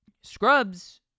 Scrubs